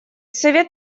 совет